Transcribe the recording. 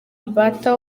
mbatha